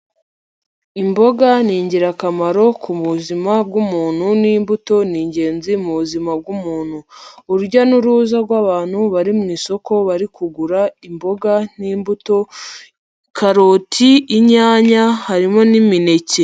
Imboga ni ingirakamaro ku buzima bw'umuntu n'imbuto ni ingenzi mu buzima bw'umuntu, urujya n'uruza rw'abantu bari mu isoko bari kugura imboga n'imbuto karoti, inyanya harimo n'imineke.